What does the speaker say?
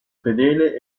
fedele